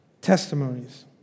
testimonies